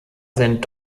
sind